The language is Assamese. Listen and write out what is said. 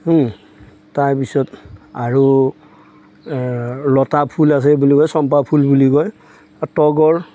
তাৰপিছত আৰু লতা ফুল আছে বুলি কয় চম্পা ফুল বুলি কয় আৰু তগৰ